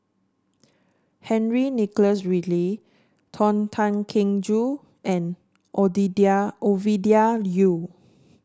Henry Nicholas Ridley Tony Tan Keng Joo and Odidia Ovidia Yu